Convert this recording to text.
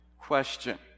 question